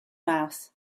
mouth